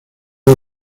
los